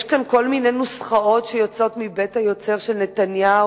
יש כאן כל מיני נוסחאות שיוצאות מבית-היוצר של נתניהו,